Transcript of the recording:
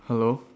hello